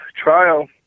trial